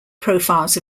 profiles